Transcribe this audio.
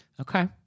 Okay